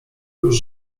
już